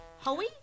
Howie